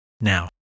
Now